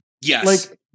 Yes